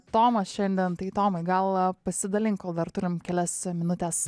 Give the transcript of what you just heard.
tomas šiandien tai tomai gal pasidalink kol dar turim kelias minutes